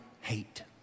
hate